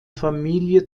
familie